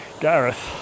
Gareth